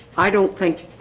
i don't think